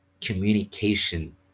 Communication